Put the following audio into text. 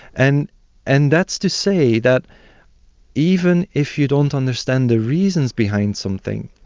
and and that's to say that even if you don't understand the reasons behind something,